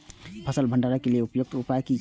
फसल भंडारण के लेल उपयुक्त उपाय कि छै?